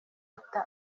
leta